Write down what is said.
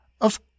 Of